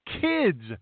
kids